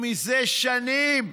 מזה שנים,